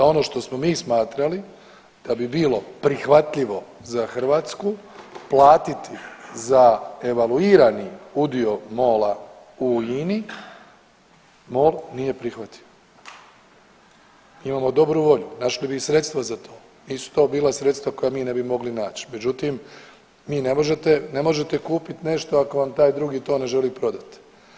Za ono što smo mi smatrali da bi bilo prihvatljivo za Hrvatsku platiti za evaluirani udio MOL-a u INA-i MOL nije prihvatio, mi imamo dobru volju, našli bi i sredstva za to, nisu to bila sredstva koja mi ne bi mogli naći, međutim vi ne možete, ne možete kupiti nešto ako vam taj drugi to ne želi prodati.